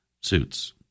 suits